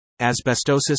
asbestosis